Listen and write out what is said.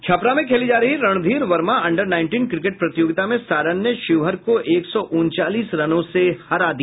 छपरा में खेली जा रही Randhir Verma under nineteen cricket प्रतियागिता में सारण ने शिवहर को एक सौ उनचालीस रनों से हरा दिया